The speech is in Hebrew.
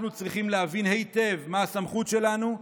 אנחנו צריכים להבין היטב מה הסמכות שלנו,